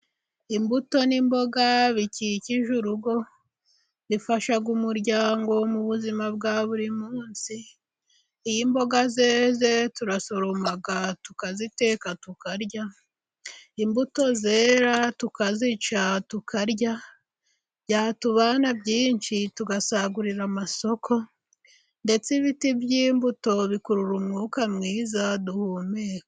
Imbuto n'imboga bikikije urugo, bifasha umuryango mu buzima bwa buri munsi. Iyo imboga zeze turasoroma, tukaziteka tukarya, imbuto zera tukazica tukarya, byatubana byinshi tugasagurira amasoko, ndetse ibiti by'imbuto bikurura umwuka mwiza duhumeka.